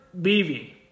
BV